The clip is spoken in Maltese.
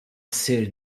ssir